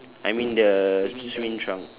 I mean the swimming trunk